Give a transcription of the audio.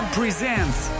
presents